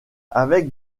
avec